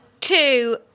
Two